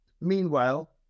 Meanwhile